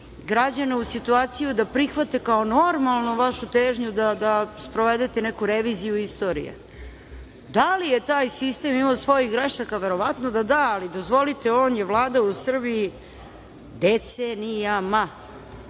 građane u situaciju da prihvate kao normalno vašu težnju da sprovedete neku reviziju istorije. Da li je taj sistem imao svojih grešaka, verovatno da da, ali, dozvolite, on je vladao u Srbiji decenijama.